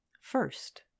First